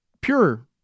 pure